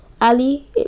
Ali